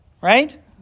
right